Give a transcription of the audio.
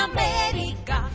America